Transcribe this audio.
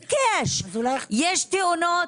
יש תאונות?